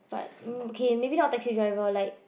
but mm K maybe not taxi driver like